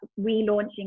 relaunching